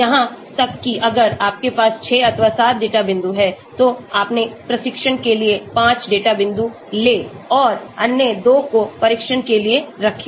यहां तक कि अगर आपके पास 6 अथवा 7 डेटा बिंदु हैं तो अपने प्रशिक्षण के लिए 5 डेटा बिंदु लें और अन्य दो को परीक्षण के लिए रखें